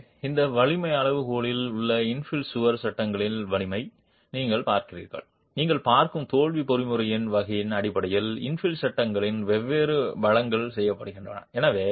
எனவே இந்த வலிமை அளவுகோலில் உள்ள இன்ஃபில் சுவர் சட்டங்களின் வலிமை நீங்கள் பார்க்கிறீர்கள் நீங்கள் பார்க்கும் தோல்வி பொறிமுறையின் வகையின் அடிப்படையில் இன்ஃபில் சட்டங்களின் வெவ்வேறு பலங்கள் செயல்படுகின்றன